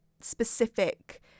specific